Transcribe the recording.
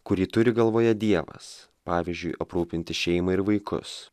kurį turi galvoje dievas pavyzdžiui aprūpinti šeimą ir vaikus